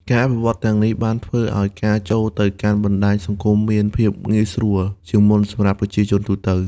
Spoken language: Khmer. ការវិវឌ្ឍន៍ទាំងនេះបានធ្វើឲ្យការចូលទៅកាន់បណ្តាញសង្គមមានភាពងាយស្រួលជាងមុនសម្រាប់ប្រជាជនទូទៅ។